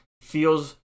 feels